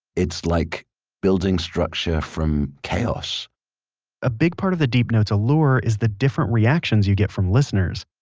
it's like building structure from chaos a big part of the deep note's allure is the different reactions you get from listeners.